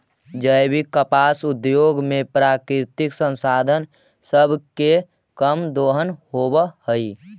जैविक कपास उद्योग में प्राकृतिक संसाधन सब के कम दोहन होब हई